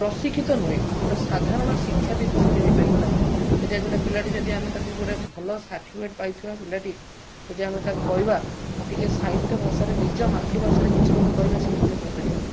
ଅଶିକ୍ଷିତ ନୁହେଁ ଜଣେ ସାଧାରଣ ଶିକ୍ଷାବିତ୍ ସେ ହୋଇପାରିବ ନାହିଁ ଯଦି ଗୋଟଏ ପିଲାଟି ଯଦି ଆମେ ତାକୁ ଗୋଟେ ଭଲ ସାର୍ଟିଫିକେଟ୍ ପାଇଥିବା ପିଲାଟି ଯଦି ଆମେ ତାକୁ କହିବା ଟିକେ ସାହିତ୍ୟ ଭାଷାରେ ନିଜ ମାତୃଭାଷାରେ କିଛି କହିବ ସେ ମଧ୍ୟ କହିପାରିବ ନାହିଁ